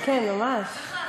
זאת ההוכחה שהיה משהו, אה?